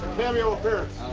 cameo appearance.